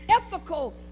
ethical